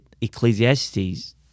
Ecclesiastes